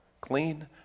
clean